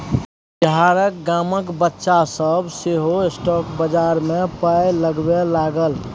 बिहारक गामक बच्चा सभ सेहो स्टॉक बजार मे पाय लगबै लागल